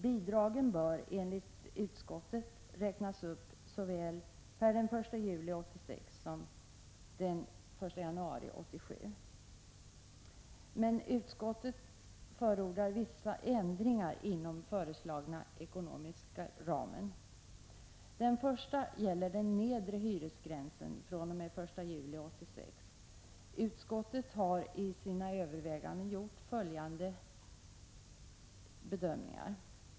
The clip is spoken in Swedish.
Bidragen bör enligt utskottet räknas upp såväl per den 1 juli 1986 som per den 1 januari 1987. Utskottet förordar dock vissa ändringar inom den föreslagna ekonomiska ramen. Den första gäller den nedre hyresgränsen fr.o.m. den 1 juli 1986. Utskottet har i sina överväganden gjort följande bedömningar.